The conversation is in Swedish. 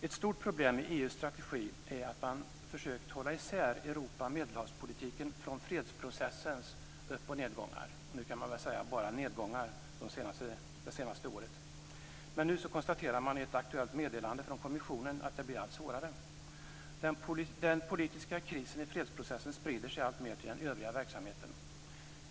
Ett stort problem i EU:s strategi är att man försökt hålla isär Europa-Medelhavspolitiken från fredsprocessens upp och nedgångar - under det senaste året kan man väl säga att det har varit bara nedgångar - men nu konstaterar man i ett aktuellt meddelande från kommissionen att det blir allt svårare. Den politiska krisen i fredsprocessen sprider sig alltmer till den övriga verksamheten.